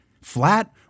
flat